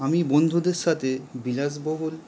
আমি বন্ধুদের সাথে বিলাসবহুল